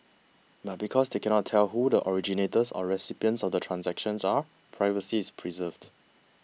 but because they cannot tell who the originators or recipients of the transactions are privacy is preserved